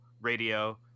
Radio